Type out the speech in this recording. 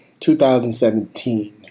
2017